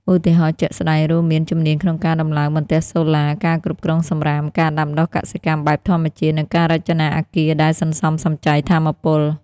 ឧទាហរណ៍ជាក់ស្តែងរួមមាន ជំនាញក្នុងការដំឡើងបន្ទះសូឡា ការគ្រប់គ្រងសំរាម ការដាំដុះកសិកម្មបែបធម្មជាតិ និងការរចនាអគារដែលសន្សំសំចៃថាមពល។